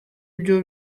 byo